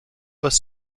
was